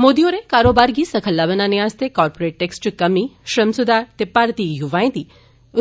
मोदी होरें कारोबार गी सखल्ला बनाने आस्तै कॉरपोरेट टैक्स च कमी श्रम स्धार ते भारतीय य्वाओं दी